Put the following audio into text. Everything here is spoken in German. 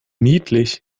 niedlich